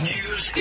News